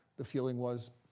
the feeling was,